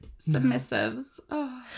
submissives